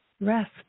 rest